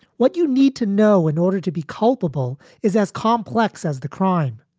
what you need to know in order to be culpable is as complex as the crime.